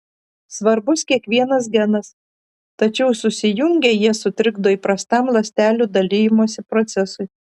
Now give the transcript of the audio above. svarbus kiekvienas genas tačiau susijungę jie sutrikdo įprastam ląstelių dalijimosi procesui